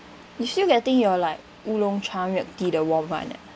you still getting your like 乌龙茶 milk tea the warm one ah